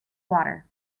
water